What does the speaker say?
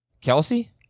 Kelsey